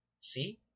See